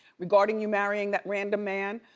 regarding you marrying that random man,